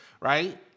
Right